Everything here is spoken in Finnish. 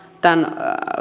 tämän